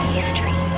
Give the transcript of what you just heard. history